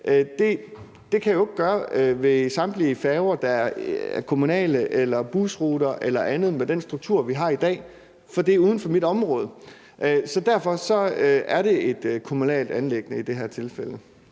Det kan jeg jo ikke gøre ved samtlige færger, der er kommunale, eller busruter eller andet, med den struktur, vi har i dag, for det er uden for mit område. Så derfor er det et kommunalt anliggende i det her tilfælde.